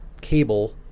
cable